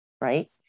right